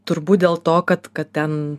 turbūt dėl to kad kad ten